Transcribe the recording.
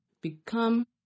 become